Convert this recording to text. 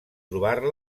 trobar